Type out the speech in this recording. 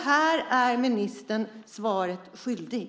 Här är ministern svaret skyldig.